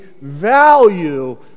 value